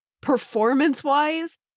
performance-wise